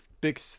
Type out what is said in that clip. big